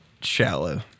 shallow